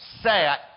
sat